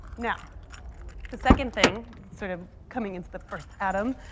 now the second thing sort of coming into the first atom,